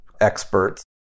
experts